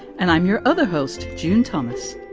and i'm your other host. june thomas.